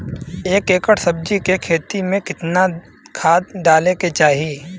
एक एकड़ सब्जी के खेती में कितना खाद डाले के चाही?